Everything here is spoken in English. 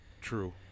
True